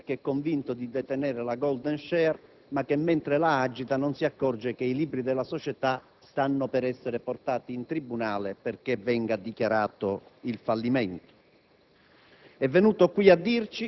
società, tranquillo perché convinto di detenere la *golden* *share*. Mentre la agita non si accorge, però, che i libri della società stanno per essere portati in tribunale affinché ne venga dichiarato il fallimento.